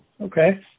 Okay